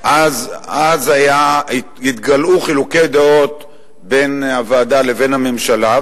אז התגלעו חילוקי דעות בין הוועדה לבין הממשלה,